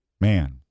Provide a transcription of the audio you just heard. man